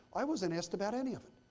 i wasn't asked about any of them.